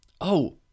Oh